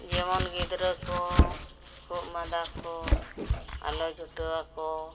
ᱡᱮᱢᱚᱱ ᱜᱤᱫᱽᱨᱟᱹ ᱠᱚ ᱠᱷᱩᱜ ᱢᱟᱸᱫᱟ ᱠᱚ ᱟᱞᱚ ᱡᱩᱴᱟᱹᱣᱟᱠᱚ